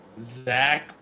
Zach